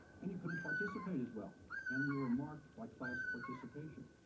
and you couldn't participate as well. and we were marked by class participation.